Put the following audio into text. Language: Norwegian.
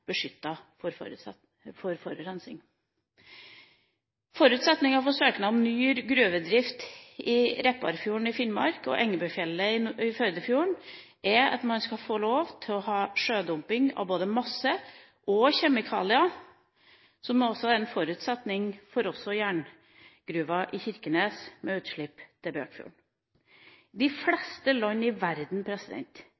for søknad om ny gruvedrift i Repparfjorden i Finnmark og Engebøfjellet i Førdefjorden er at man skal få lov til å ha sjødumping av både masse og kjemikalier, som også var en forutsetning for jerngruva i Kirkenes, med utslipp til Bøkfjorden. I de